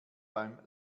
beim